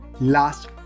last